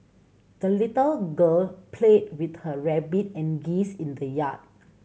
the little girl played with her rabbit and geese in the yard